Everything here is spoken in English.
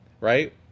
right